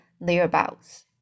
thereabouts